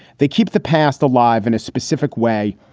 they keep the past alive in a specific way,